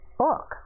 Book